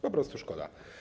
Po prostu szkoda.